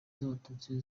z’abatutsi